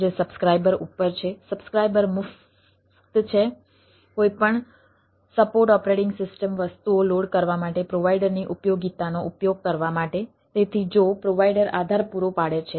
જે સબ્સ્ક્રાઇબર ઉપર છે